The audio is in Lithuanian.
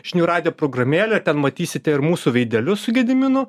žinių radijo programėlę ten matysite ir mūsų veidelius su gediminu